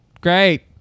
great